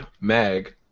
mag